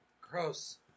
Gross